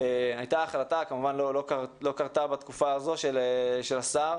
היתה החלטה, שכמובן לא קרתה בתקופה הזאת של השר,